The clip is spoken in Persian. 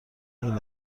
این